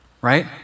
Right